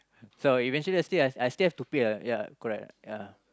so eventually I still I still have to pay lah ya correct ya